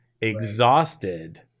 exhausted